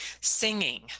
singing